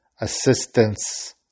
assistance